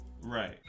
Right